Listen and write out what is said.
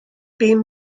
bum